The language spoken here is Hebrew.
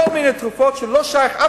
כל מיני תרופות שלא שייכות,